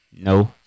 No